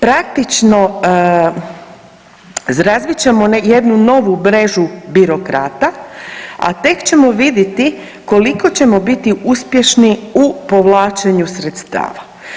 Praktično razvit ćemo jednu novu mrežu birokrata, a tek ćemo vidjeti koliko ćemo biti uspješni u povlačenju sredstava.